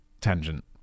tangent